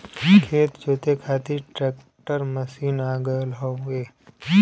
खेत जोते खातिर ट्रैकर मशीन आ गयल हउवे